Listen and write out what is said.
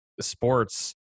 sports